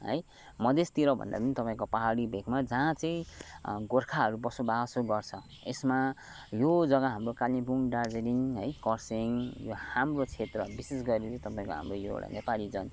है मधेशतिर भन्दा पनि तपाईँको पाहाडी भेगमा जहाँ चाहिँ गोर्खाहरू बसोबासो गर्छ यसमा यो जग्गा हाम्रो कालेम्पोङ दार्जिलिङ है खरसाङ यो हाम्रो क्षेत्र विशेषगरी तपाईँको हाम्रो यो एउटा नेपालीजन